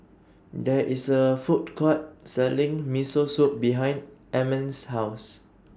There IS A Food Court Selling Miso Soup behind Almond's House